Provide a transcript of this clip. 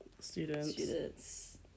students